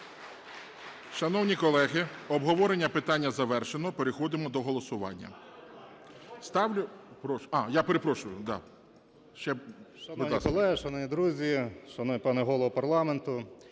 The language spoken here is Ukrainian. Шановні колеги, обговорення питання завершено, переходимо до голосування.